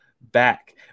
back